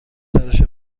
تراش